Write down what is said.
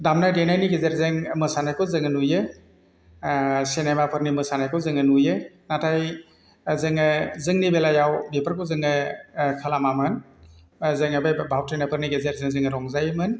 दामनाय देनायनि गेजेरजों मोसानायखौ जोङो नुयो सिनेमाफोरनि मोसानायखौ जोङो नुयो नाथाय जोङो जोंनि बेलायाव बेफोरखौ जोङो खालामामोन जोङो बे भावथिनाफोरनि गेजेरजों जोङो रंजायोमोन